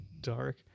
Dark